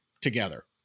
together